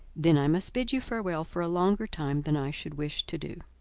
then i must bid you farewell for a longer time than i should wish to do.